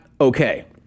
okay